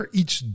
iets